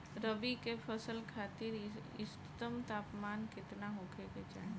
रबी क फसल खातिर इष्टतम तापमान केतना होखे के चाही?